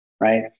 right